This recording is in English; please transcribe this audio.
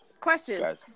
Question